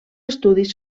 estudis